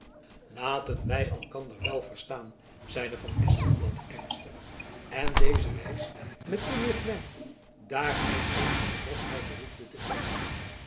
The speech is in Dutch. laten wy elkander wel verstaan zeide van espenblad ernstig en deze reis met te meer klem daar hy geen oprechtheid behoefde te veinzen